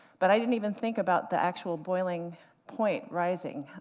but i didn't even think about the actual boiling point rising.